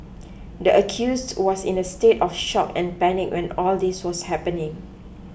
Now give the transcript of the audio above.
the accused was in a state of shock and panic when all this was happening